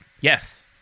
Yes